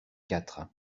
quatre